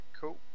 cool